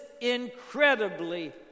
incredibly